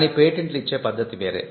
కానీ పేటెంట్లు ఇచ్చే పద్ధతి వేరే